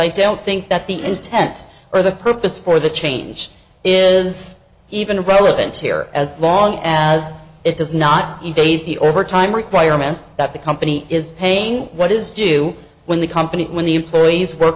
i don't think that the intent or the purpose for the change is even relevant here as long as it does not evade the overtime requirements that the company is paying what is due when the company when the employees work